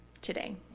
today